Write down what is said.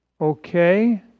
Okay